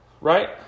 Right